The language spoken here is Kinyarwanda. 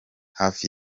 hafi